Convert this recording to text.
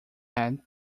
had